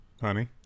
Honey